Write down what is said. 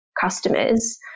customers